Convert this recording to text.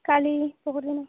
କାଲି ପହରଦିନ